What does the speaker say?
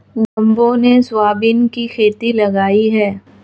जम्बो ने सोयाबीन की खेती लगाई है